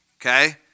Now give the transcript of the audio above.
Okay